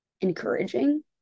encouraging